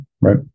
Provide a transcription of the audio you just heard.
right